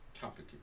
topic